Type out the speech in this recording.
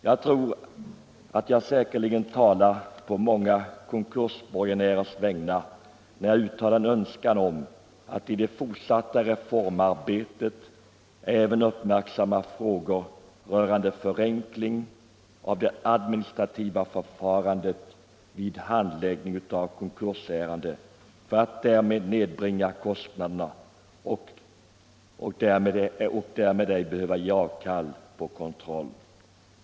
Jag talar säkerligen på många konkursborgenärers vägnar när jag uttalar en önskan om att man i det fortsatta reformarbetet även skall uppmärksamma frågor rörande förenkling av det administrativa förfarandet vid handläggning av konkursärenden i syfte att nedbringa kostnaderna utan att därmed behöva ge avkall på kravet om kontroll.